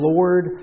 Lord